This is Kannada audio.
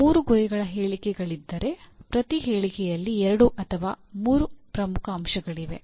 ಮೂರು ಗುರಿಗಳ ಹೇಳಿಕೆಗಳಿದ್ದರೆ ಪ್ರತಿ ಹೇಳಿಕೆಯಲ್ಲಿ ಎರಡು ಅಥವಾ ಮೂರು ಪ್ರಮುಖ ಅಂಶಗಳಿವೆ